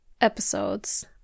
episodes